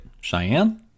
Cheyenne